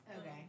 Okay